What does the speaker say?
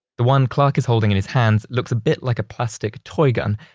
the one clark is holding in his hands looks a bit like a plastic toy gun,